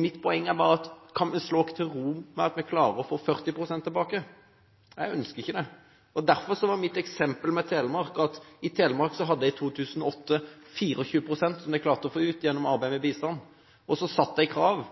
Mitt poeng er bare: Kan vi slå oss til ro med at vi klarer å få 40 pst. tilbake? Jeg ønsker ikke det. Derfor var mitt eksempel at man i Telemark i 2008 klarte å få 24 pst. tilbake gjennom «Arbeid med bistand», og at de stilte krav.